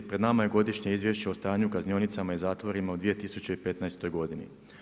Pred nama je Godišnje izvješće o stanju u kaznionicama i zatvorima u 2015. godini.